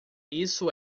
isso